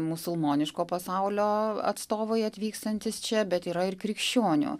musulmoniško pasaulio atstovai atvykstantys čia bet yra ir krikščionių